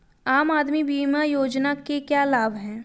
आम आदमी बीमा योजना के क्या लाभ हैं?